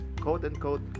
quote-unquote